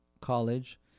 college